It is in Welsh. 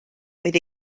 oedd